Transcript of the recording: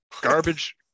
Garbage